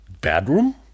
bedroom